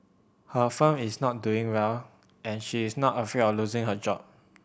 her firm is not doing well and she is not afraid of losing her job